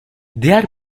diğer